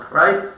right